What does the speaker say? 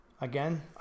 Again